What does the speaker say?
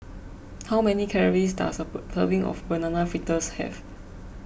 how many calories does a serving of Banana Fritters have